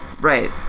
Right